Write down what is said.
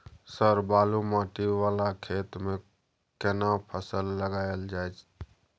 Sir बालू माटी वाला खेत में केना फसल लगायल जाय?